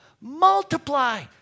multiply